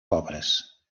pobres